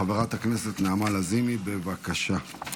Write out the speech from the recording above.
חברת הכנסת נעמה לזימי, בבקשה.